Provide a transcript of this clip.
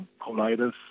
colitis